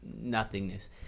nothingness